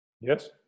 Yes